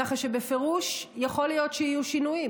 ככה שבפירוש יכול להיות שיהיו שינויים.